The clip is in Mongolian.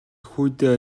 хүүдээ